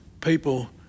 people